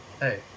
hey